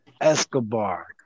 Escobar